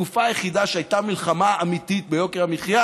התקופה היחידה שבה הייתה מלחמה אמיתית ביוקר המחיה